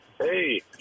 Hey